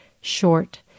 short